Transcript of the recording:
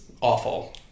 awful